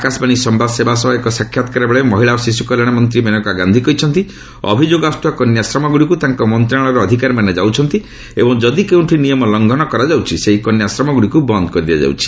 ଆକାଶବାଣୀ ସମ୍ଭାଦ ସେବା ସହ ଏକ ସାକ୍ଷାତକାର ବେଳେ ମହିଳା ଓ ଶିଶୁ କଲ୍ୟାଣ ମନ୍ତ୍ରୀ ମେନକା ଗାନ୍ଧୀ କହିଛନ୍ତି ଅଭିଯୋଗ ଆସୁଥିବା କନ୍ୟାଶ୍ରମଗୁଡ଼ିକୁ ତାଙ୍କ ମନ୍ତ୍ରଣାଳୟର ଅଧିକାରୀମାନେ ଯାଉଛନ୍ତି ଏବଂ ଯଦି କେଉଁଠି ନିୟମ ଲଂଘନ କରାଯାଉଛି ସେହି କନ୍ୟାଶ୍ରମଗୁଡ଼ିକୁ ବନ୍ଦ କରିଦିଆଯାଉଛି